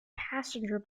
passenger